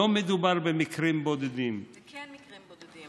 לא מדובר במקרים בודדים, זה כן מקרים בודדים.